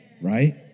Right